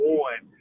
one